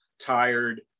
tired